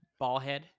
Ballhead